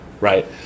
right